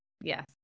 Yes